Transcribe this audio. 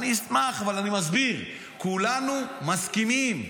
אני אשמח, אבל אני מסביר: כולנו מסכימים.